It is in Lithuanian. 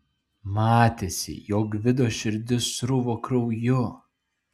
matėsi jog gvido širdis sruvo krauju